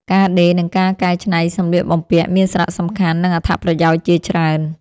ការដេរ និងការកែច្នៃសម្លៀកបំពាក់ មានសារៈសំខាន់ និងអត្ថប្រយោជន៍ជាច្រើន។